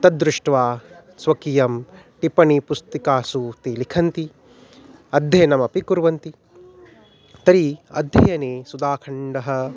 तद्दृष्ट्वा स्वकीयं टिपणी पुस्तिकासु ते लिखन्ति अध्ययनमपि कुर्वन्ति तर्हि अध्ययने सुदाखण्डः